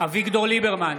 אביגדור ליברמן,